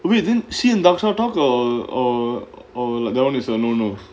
wait then she and dakshar talk or or or like that [one] is a no no